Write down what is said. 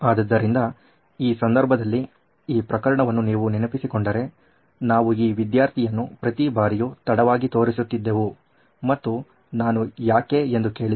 ಆದ್ದರಿಂದ ಈ ಸಂದರ್ಭದಲ್ಲಿ ಈ ಪ್ರಕರಣವನ್ನು ನೀವು ನೆನಪಿಸಿಕೊಂಡರೆ ನಾವು ಈ ವಿದ್ಯಾರ್ಥಿಯನ್ನು ಪ್ರತಿ ಬಾರಿಯೂ ತಡವಾಗಿ ತೋರಿಸುತ್ತಿದ್ದೆವು ಮತ್ತು ನಾನು ಯಾಕೆ ಎಂದು ಕೇಳಿದೆ